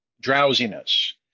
drowsiness